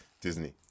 Disney